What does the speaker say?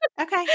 Okay